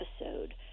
episode